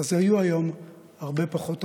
אז היו היום הרבה פחות הרוגים,